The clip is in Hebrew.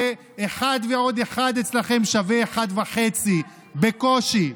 ואחד ועוד אחד אצלכם שווה אחד וחצי בקושי.